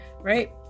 right